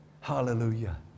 Hallelujah